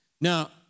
Now